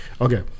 Okay